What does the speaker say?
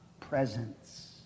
presence